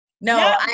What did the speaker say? No